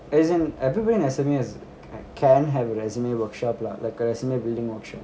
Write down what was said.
as in everybody in S_M_U has e~ can have a resume workshop lah like a resume building workshop